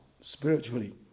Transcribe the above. spiritually